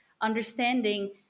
understanding